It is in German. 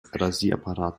rasierapparat